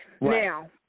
Now